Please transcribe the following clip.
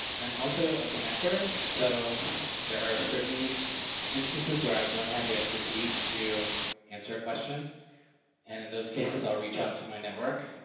i'm also a connector, so there are certainly instances where i don't have the expertise to answer a question and in those cases i'll reach out to my network